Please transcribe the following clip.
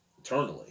eternally